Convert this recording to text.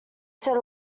said